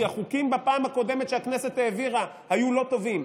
כי החוקים בפעם הקודמת שהכנסת העבירה היו לא טובים,